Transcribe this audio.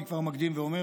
אני כבר מקדים ואומר